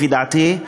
לפי דעתי,